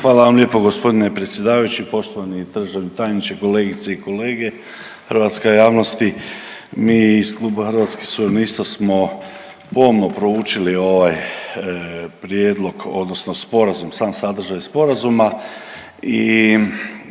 Hvala vam lijepo g. predsjedavajući. Poštovani državni tajniče, kolegice i kolege i hrvatska javnosti, mi iz Kluba Hrvatskih suverenista smo pomno proučili ovaj prijedlog odnosno sporazum, sam sadržaj sporazuma i